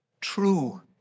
true